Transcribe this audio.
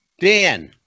Dan